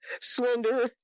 slender